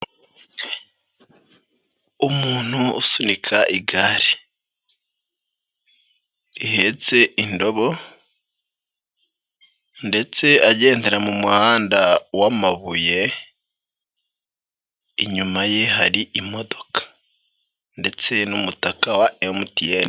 Umuntu usunika igare ihetse indobo ndetse agendera mu muhanda w'amabuye, inyuma ye hari imodoka ndetse n'umutaka wa MTN.